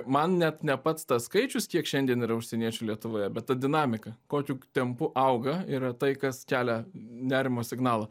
man net ne pats tas skaičius kiek šiandien yra užsieniečių lietuvoje bet ta dinamika kokiu tempu auga yra tai kas kelia nerimo signalą